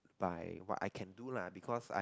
by what I can do lah because I